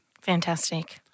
Fantastic